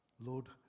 Lord